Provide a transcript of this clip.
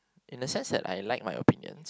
in the sense that I like my opinion